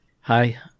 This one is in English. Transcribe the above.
Hi